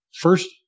first